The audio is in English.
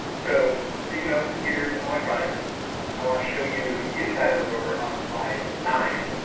so speaking of computers and electronics i want to show you the inside of the rover on slide nine,